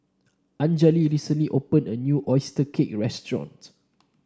Anjali recently opened a new oyster cake restaurant